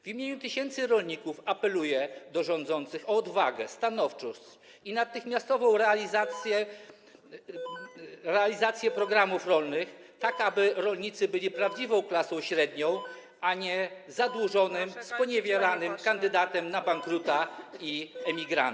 W imieniu tysięcy rolników apeluję do rządzących o odwagę, stanowczość i natychmiastową realizację programów rolnych, tak aby rolnicy byli prawdziwą klasą średnią, a nie zadłużonym, sponiewieranym kandydatem na bankruta i emigranta.